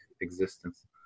existence